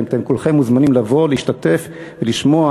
אתם כולכם מוזמנים לבוא להשתתף ולשמוע